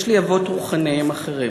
יש לי אבות רוחניים אחרים,